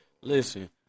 Listen